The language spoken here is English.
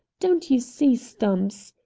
don't you see, stumps!